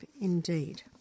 indeed